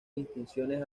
distinciones